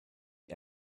the